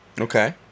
okay